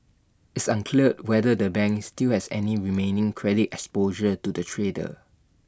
it's unclear whether the bank still has any remaining credit exposure to the trader